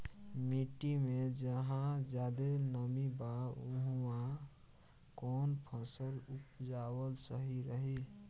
मिट्टी मे जहा जादे नमी बा उहवा कौन फसल उपजावल सही रही?